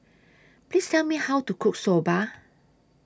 Please Tell Me How to Cook Soba